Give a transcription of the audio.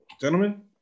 Gentlemen